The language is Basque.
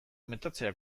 metatzea